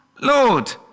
Lord